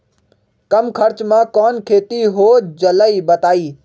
कम खर्च म कौन खेती हो जलई बताई?